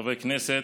חברי הכנסת,